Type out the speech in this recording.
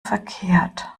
verkehrt